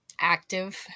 active